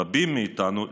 רבים מאיתנו,